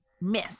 miss